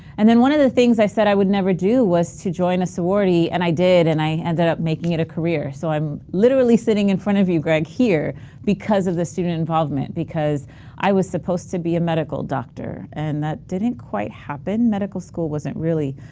and then one of the things i said i would never do was to join a sorority and i did, and i ended up making it a career. so, i'm literally sitting in front of you greg here because of the student involvement. because i was supposed to be a medical doctor and that didn't quite happen. medical school wasn't really,